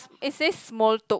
it's says Smol-Tok